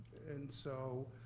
and so,